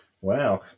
wow